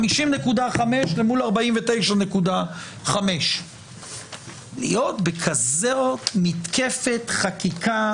50.5 למול 49.5 להיות בכזאת מתקפת חקיקה,